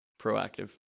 proactive